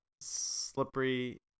slippery